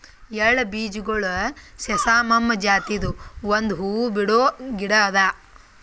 ಎಳ್ಳ ಬೀಜಗೊಳ್ ಸೆಸಾಮಮ್ ಜಾತಿದು ಒಂದ್ ಹೂವು ಬಿಡೋ ಗಿಡ ಅದಾ